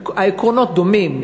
העקרונות דומים,